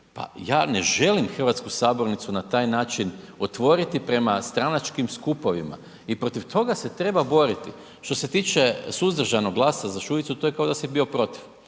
Pa ja ne želim hrvatsku sabornicu na taj način otvoriti prema stranačkim skupovima. I protiv toga se treba boriti. Što se tiče suzdržanog glasa za Šuicu to je kao da si bio protiv.